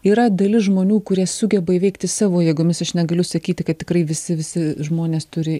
yra dalis žmonių kurie sugeba įveikti savo jėgomis aš negaliu sakyti kad tikrai visi visi žmonės turi